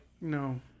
no